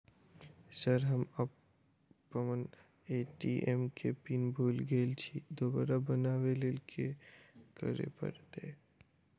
Sir हम अप्पन ATM केँ पिन भूल गेल छी दोबारा बनाबै लेल की करऽ परतै?